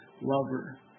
lover